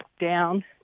down